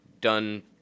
done